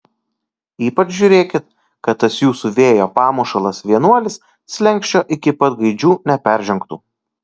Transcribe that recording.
ypač žiūrėkit kad tas jūsų vėjo pamušalas vienuolis slenksčio iki pat gaidžių neperžengtų